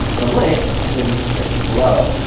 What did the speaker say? the link is in the description below.